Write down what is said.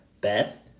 Beth